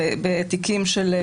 בתיקים?